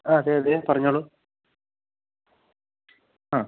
ആ അതെ അതെ പറഞ്ഞോളു ആ